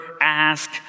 ask